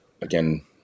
again